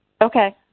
Okay